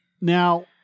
Now